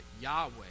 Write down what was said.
Yahweh